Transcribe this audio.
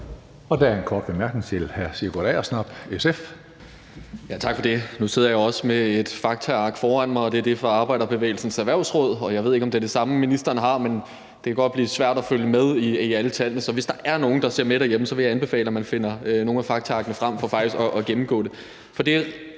Agersnap, SF. Kl. 18:34 Sigurd Agersnap (SF): Tak for det. Nu sidder jeg også med et faktaark foran mig, og det er det fra Arbejderbevægelsens Erhvervsråd. Jeg ved ikke, om det er det samme, ministeren har, men det kan godt være svært at følge med i alle tallene, så hvis der er nogen, der ser med derhjemme, vil jeg faktiske anbefale, at man finder nogle af faktaarkene frem for at gennemgå det.